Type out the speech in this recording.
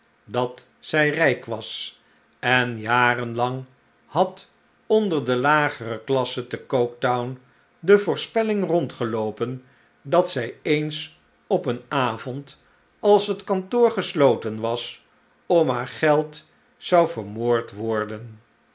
dat zij rijk was en jarenlang had onder de lagere klasse te coketown de voorspelling rondgeloopen dat zij eens op een avond als het kantoor gesloten was om haar geld zou vermoord worden